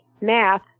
math